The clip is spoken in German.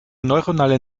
neuronale